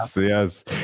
yes